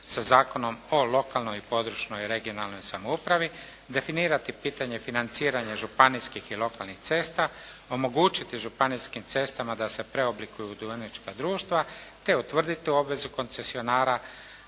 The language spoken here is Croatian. sa Zakonom o lokalnoj i područnoj (regionalnoj) samoupravi, definirati pitanje financiranja županijskih i lokalnih cesta. Omogućiti županijskim cestama da se preoblikuju u dionička društva te utvrditi tu obvezu koncesionara